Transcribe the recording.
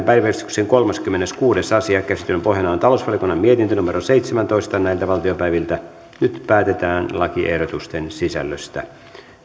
päiväjärjestyksen kolmaskymmeneskuudes asia käsittelyn pohjana on talousvaliokunnan mietintö seitsemäntoista nyt päätetään lakiehdotusten sisällöstä